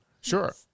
Sure